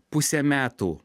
pusę metų